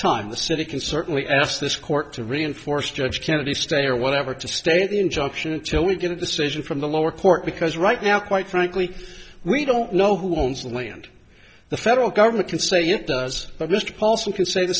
time the city can certainly ask this court to reinforce judge kennedy stay or whatever to stay the injunction until we get a decision from the lower court because right now quite frankly we don't know who owns the land the federal government can say it does but mr paulson can say the